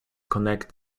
connect